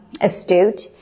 astute